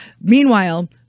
Meanwhile